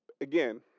Again